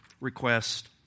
request